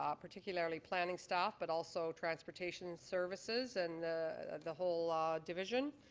um particularly planning staff, but also transportation services and the whole ah division.